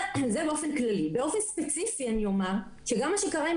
באופן ספציפי אני אומר שגם מה שקרה עם